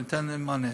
שאני אתן להם מענה,